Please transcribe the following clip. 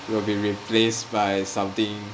will be replaced by something